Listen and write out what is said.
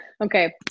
Okay